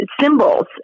symbols